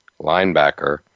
linebacker